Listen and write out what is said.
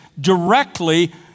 directly